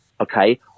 okay